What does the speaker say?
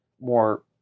more